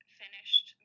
finished